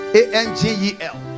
angel